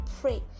pray